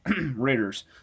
Raiders